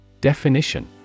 Definition